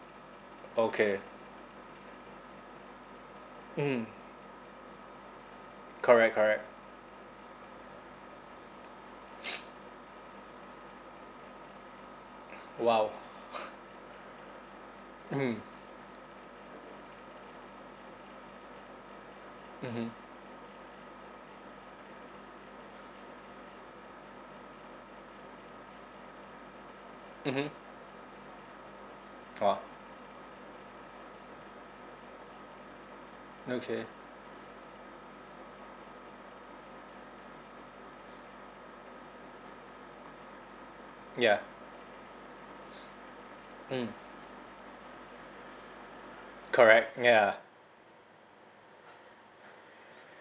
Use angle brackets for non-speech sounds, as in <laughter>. okay mm correct correct <noise> !wow! <noise> mmhmm mmhmm mmhmm !wah! okay ya mm correct ya